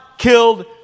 killed